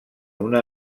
una